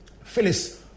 Phyllis